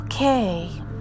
Okay